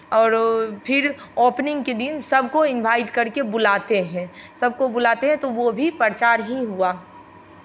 और फिर ओपनिंग के दिन सबको इन्वाइट करके बुलाते हैं सबको बुलाते हैं तो वो भी प्रचार ही हुआ